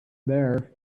there